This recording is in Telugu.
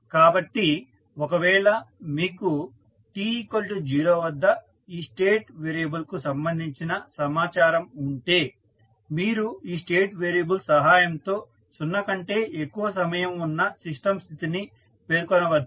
కాబట్టి ఒకవేళ మీకు t0 వద్ద ఈ స్టేట్ వేరియబుల్కు సంబంధించిన సమాచారం ఉంటే మీరు ఈ స్టేట్ వేరియబుల్స్ సహాయంతో 0 కంటే ఎక్కువ సమయం ఉన్న సిస్టం స్థితిని పేర్కొనవచ్చు